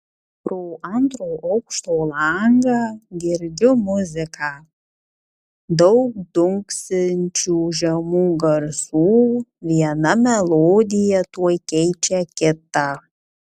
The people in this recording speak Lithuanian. pro antro aukšto langą girdžiu muziką daug dunksinčių žemų garsų viena melodija tuoj keičia kitą